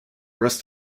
rest